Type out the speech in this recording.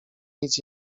nic